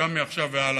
מעכשיו והלאה,